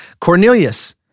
Cornelius